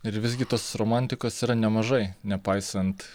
ir visgi tos romantikos yra nemažai nepaisant